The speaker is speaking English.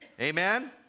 Amen